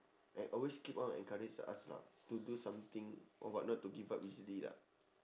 like always keep on encourage us lah to do something or what not to give up easily lah